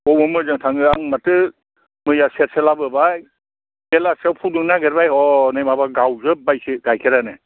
बबेयाव मोजां थाङो आं माथो मैया सेरसे लाबोबाय बेलासियाव फुदुंनो नागिरबाय हनै माबा गावजोबबायसो गाइखेरानो